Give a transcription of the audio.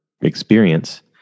experience